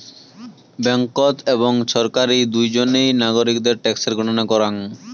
ব্যাঙ্ককোত এবং ছরকারি দুজনেই নাগরিকদের ট্যাক্সের গণনা করাং